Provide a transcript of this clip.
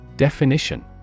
Definition